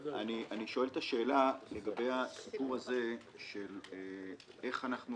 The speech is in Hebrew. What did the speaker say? אני שואל את השאלה לגבי הסיפור הזה של איך אנחנו